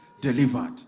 delivered